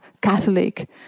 Catholic